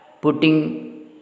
putting